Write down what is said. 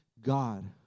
God